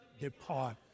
depart